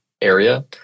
area